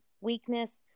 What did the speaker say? weakness